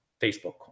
Facebook